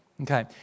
okay